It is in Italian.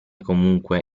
comunque